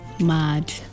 mad